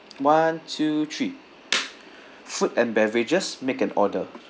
one two three food and beverages make an order